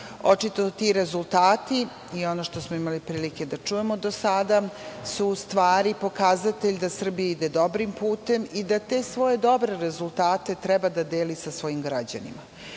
Očito ti rezultati i ono što smo imali prilike da čujemo do sada su u stvari pokazatelj da Srbija ide dobrim putem i da te svoje dobre rezultate treba da deli sa svojim građanima.I